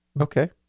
Okay